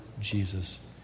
Jesus